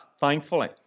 thankfully